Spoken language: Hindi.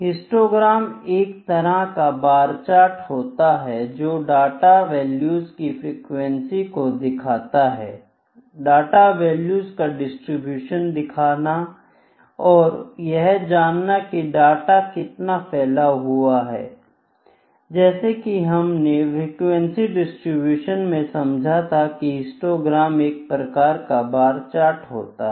हिस्टोग्राम एक तरह का बार चार्ट होता है जो डाटा वैल्यूज की फ्रीक्वेंसी को दिखाता है 1 डाटा वैल्यू का डिस्ट्रीब्यूशन दिखाना 2 और यह जानना की डाटा कितना फैला हुआ है जैसा कि हमने फ्रीक्वेंसी डिस्ट्रीब्यूशन में समझा था हिस्टोग्राम एक प्रकार का बार चार्ट होता है